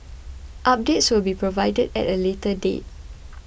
updates will be provided at a later date